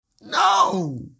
No